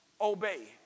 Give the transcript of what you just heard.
Obey